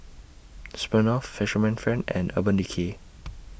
Smirnoff Fisherman's Friend and Urban Decay